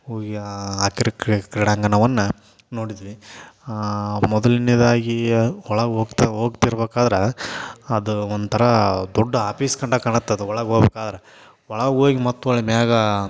ಹೋಗಿ ಆ ಆಟದ ಕ್ರೀಡಾಂಗಣವನ್ನ ನೋಡಿದ್ವಿ ಮೊದಲ್ನೇದಾಗಿ ಒಳಗೆ ಹೋಗ್ತ ಹೋಗ್ತಿರ್ಬಕಾದ್ರ ಅದು ಒಂಥರ ದೊಡ್ಡ ಆಪೀಸ್ ಕಂಡಂಗೆ ಕಾಣತ್ತೆ ಅದು ಒಳಗೆ ಹೋಗ್ಬೇಕಾದ್ರ ಒಳಗೆ ಹೋಗಿ ಮತ್ತೆ ಒಳಗೆ ಮ್ಯಾಲ